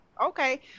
Okay